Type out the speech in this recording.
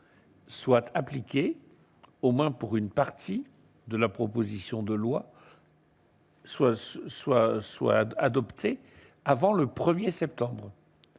soit appliquée au moins pour une partie de la proposition de loi. Soit ce soit soit adoptée avant le 1er septembre